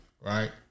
Right